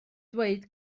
dweud